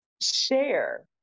share